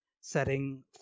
setting